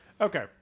Okay